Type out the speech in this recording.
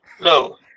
No